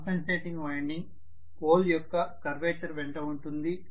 compensating winding pole యొక్క curvature వెంట ఉంటుంది